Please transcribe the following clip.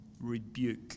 rebuke